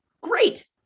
great